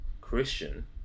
Christian